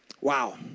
Wow